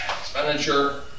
expenditure